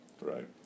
Right